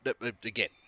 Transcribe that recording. Again